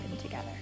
together